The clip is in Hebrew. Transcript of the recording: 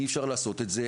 אי אפשר לעשות את זה,